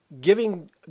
giving